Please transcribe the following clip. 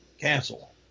cancel